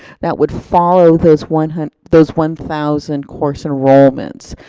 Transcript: that would follow those one those one thousand course enrollments.